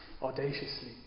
audaciously